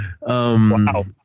Wow